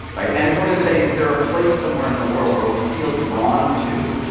right? and if we're going to say is there a place somewhere in the world where we feel drawn to,